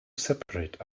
separate